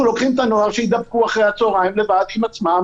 אנחנו לוקחים את הנוער שיידבקו אחרי הצוהריים לבד עם עצמם